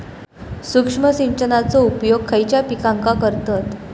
सूक्ष्म सिंचनाचो उपयोग खयच्या पिकांका करतत?